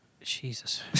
Jesus